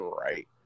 right